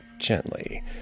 gently